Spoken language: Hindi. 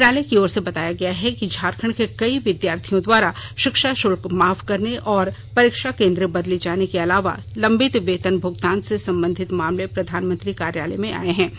मंत्रालय की ओर से बताया गया है कि झारखंड के कई विद्यार्थियों द्वारा शिक्षा शुल्क माफ करने और परीक्षा केंद्र बदले जाने के अलावा लंबित वेतन भगतान से संबंधित मामले प्रधानमंत्री कार्यालय में आये हैं